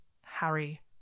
Harry